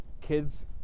kids